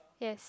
yes